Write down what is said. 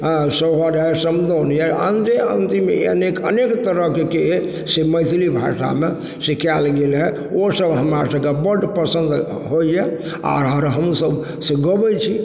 हँ सोहर यऽ समदाउन यऽ अनेक तरहके से मैथिली भाषामे से कयल गेल हँ ओ सब हमरा सभके बड पसन्द होइए आओर हमसब से गाबै छी